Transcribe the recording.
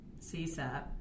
CSAP